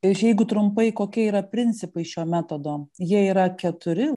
ir jeigu trumpai kokia yra principai šiuo metodu jie yra keturi